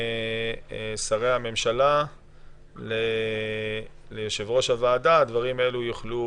בין שרי הממשלה ליושב-ראש הוועדה הדברים האלה יוכלו